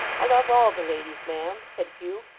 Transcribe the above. i love all the ladies, ma'am said hugh,